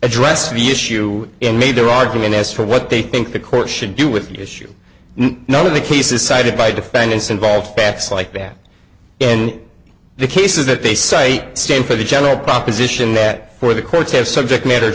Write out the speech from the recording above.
addressed the issue and made their argument as to what they think the court should do with issue none of the cases cited by defendants involve facts like that and the cases that they cite stand for the general proposition that for the courts have subject matter